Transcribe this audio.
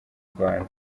rwanda